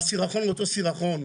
והסירחון הוא אותו סירחון.